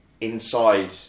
inside